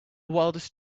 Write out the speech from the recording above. wildest